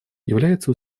является